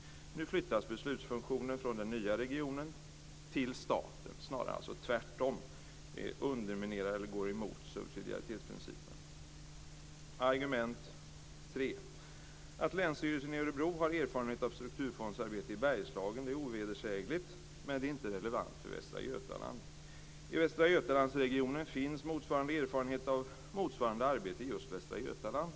Nu flyttas beslutsfunktionen från den nya regionen till staten, alltså tvärtom. Det underminerar eller går emot subsidiaritetsprincipen. Argument 3: Att länsstyrelsen i Örebro har erfarenhet av strukturfondsarbete i Bergslagen, är ovedersägligt, men det är inte relevant för Västra Götaland. I Västra Götalandsregionen finns erfarenhet av motsvarande arbete just i Västra Götaland.